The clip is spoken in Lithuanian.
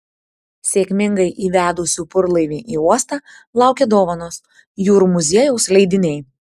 sėkmingai įvedusių burlaivį į uostą laukia dovanos jūrų muziejaus leidiniai